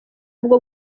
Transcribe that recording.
ubwo